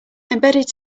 embedded